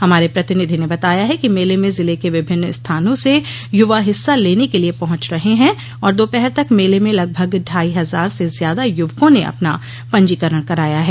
हमारे प्रतिनिधि ने बताया है कि मेले में जिले के विभिन्न स्थानों से युवा हिस्सा लेने के लिए पहुंच रहे हैं और दोपहर तक मेले में लगभग ढाई हजार से ज्यादा युवकों ने अपना पंजीकरण कराया है